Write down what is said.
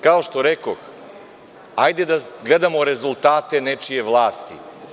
Kao što rekoh, hajde da gledamo rezultate nečije vlasti.